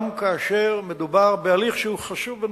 גם כאשר מדובר בהליך שהוא חשוב ונכון: